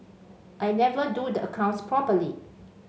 I never do the accounts properly